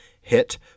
hit